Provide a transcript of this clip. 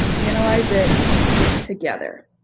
analyze it together.